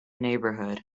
neighbourhood